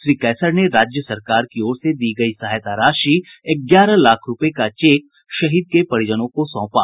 श्री कैसर ने राज्य सरकार की ओर से दी गयी सहायता राशि ग्यारह लाख रूपये का चेक शहीद के परिजनों को सौंपा